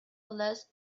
less